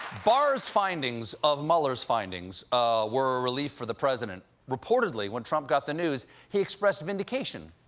barr's findings of mueller's findings were a relief for the president. reportedly, when trump got the news, he expressed vindication,